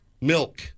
milk